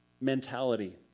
mentality